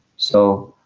so